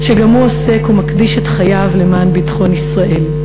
שגם הוא עוסק ומקדיש את חייו למען ביטחון ישראל.